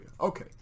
okay